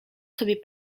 sobie